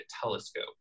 telescope